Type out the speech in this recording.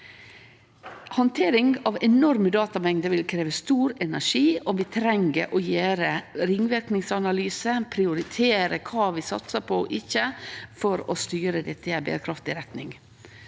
Handtering av enorme datamengder vil krevje stor energi, og vi treng å gjere ringverknadsanalysar og prioritere kva vi satsar på og ikkje, for å styre dette i ei berekraftig retning.